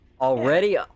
Already